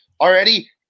already